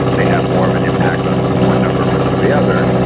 may have more of an impact on one number versus the other,